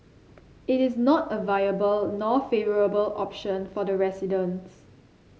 it is not a viable nor favourable option for the residents